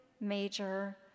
major